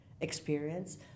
experience